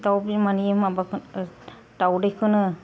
दाउ बिमानि दाउदैखौनो